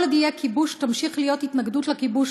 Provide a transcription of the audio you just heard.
כל עוד יהיה כיבוש תמשיך להיות התנגדות לכיבוש.